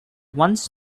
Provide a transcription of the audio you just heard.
once